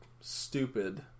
stupid